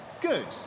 good